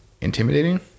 intimidating